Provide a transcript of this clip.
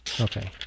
Okay